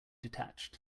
detached